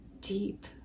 deep